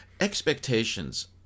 Expectations